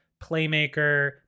playmaker